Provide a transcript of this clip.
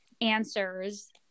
answers